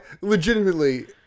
legitimately